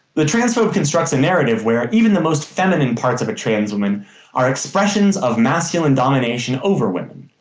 the transphobe constructs a narrative where even the most feminine parts of a trans woman are expressions of masculine domination over women.